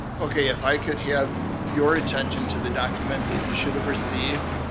okay, if i could have your attention to the document that you should have received,